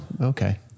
okay